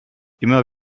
immer